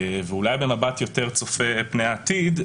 ואולי במבט יותר צופה פני עתיד,